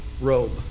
robe